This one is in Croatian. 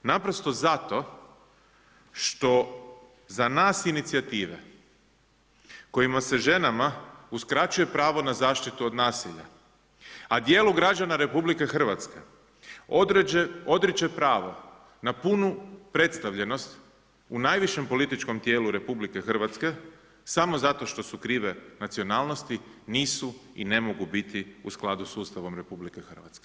Naprosto zato što za nas inicijative kojima se ženama uskraćuje pravo na zaštitu od nasilja, a dijelu građana RH odriče pravo na punu predstavljenost u najvišem političkom tijelu RH, samo zato što su krive nacionalnosti nisu i ne mogu biti u skladu s Ustavom RH.